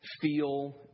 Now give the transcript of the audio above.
feel